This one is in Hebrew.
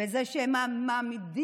בזה שהם מעמידים